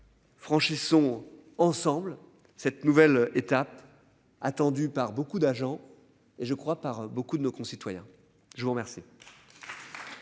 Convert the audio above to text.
Franchissons ensemble cette nouvelle étape. Attendue par beaucoup d'agents et je crois par beaucoup de nos concitoyens. Je vous remercie.